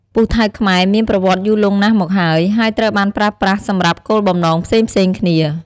ពូថៅខ្មែរមានប្រវត្តិយូរលង់ណាស់មកហើយ ហើយត្រូវបានប្រើប្រាស់សម្រាប់គោលបំណងផ្សេងៗគ្នា។